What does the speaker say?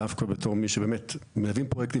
דווקא בתור מי שבאמת מלווים פרויקטים.